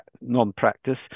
non-practice